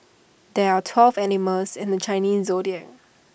there are twelve animals in the Chinese Zodiac